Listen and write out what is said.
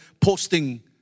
posting